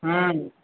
हूँ